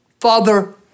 Father